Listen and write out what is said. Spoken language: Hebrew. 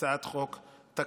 הצעת חוק תקציבית.